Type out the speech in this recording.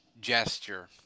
gesture